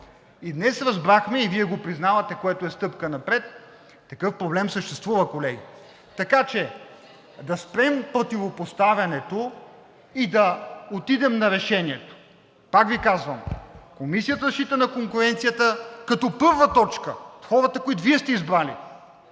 И днес разбрахме, и Вие го признавате, което е стъпка напред, такъв проблем съществува, колеги. Така че да спрем противопоставянето и да отидем на решението. Пак Ви казвам: Комисията за защита на конкуренцията, като първа точка, хората, които Вие сте избрали,